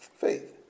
Faith